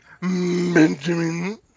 Benjamin